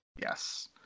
yes